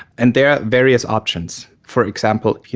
and there are various options. for example,